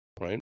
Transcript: Right